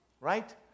right